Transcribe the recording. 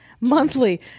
Monthly